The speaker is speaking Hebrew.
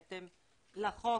בהתאם לחוק